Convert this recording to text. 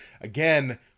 again